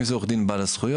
אם זה עורך דין בעל הזכויות,